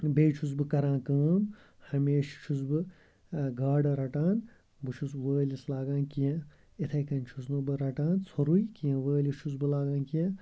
بیٚیہِ چھُس بہٕ کَران کٲم ہمیشہِ چھُس بہٕ گاڈٕ رَٹان بہٕ چھُس وٲلِس لاگان کینٛہہ اِتھَے کَنۍ چھُس نہٕ بہٕ رَٹان ژھوٚرُے کینٛہہ وٲلِس چھُس بہٕ لاگان کینٛہہ